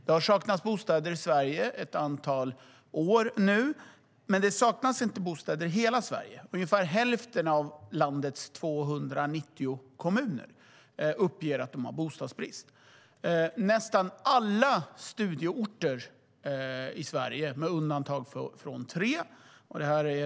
Det har saknats bostäder i Sverige under ett antal år, men inte i hela Sverige. Ungefär hälften av landets 290 kommuner uppger att de har bostadsbrist. Nästan alla studieorter, med undantag av tre, har brist på studentbostäder.